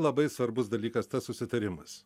labai svarbus dalykas tas susitarimas